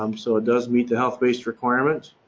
um so it does meet the health-based requirement.